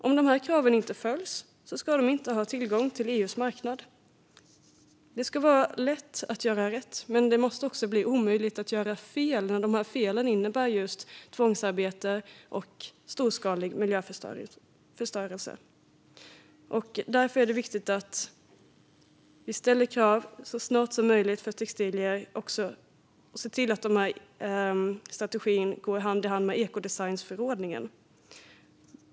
Om de här kraven inte följs ska de inte ha tillgång till EU:s marknad. Det ska vara lätt att göra rätt, men det måste också bli omöjligt att göra fel när felen innebär just tvångsarbete och storskalig miljöförstörelse. Därför är det viktigt att vi ställer krav så snart som möjligt på textilier och ser till att den här strategin går hand i hand med ekodesignförordningen.